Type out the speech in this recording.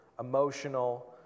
emotional